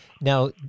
now